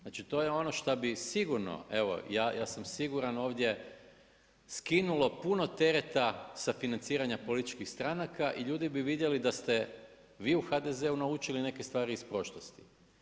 Znači to je ono što bi sigurno, evo ja sam siguran ovdje, skinulo puno tereta sa financiranja političkih stranaka i ljudi bi vidjeli da ste vi u HDZ-u naučiti neke stvari iz prošlosti.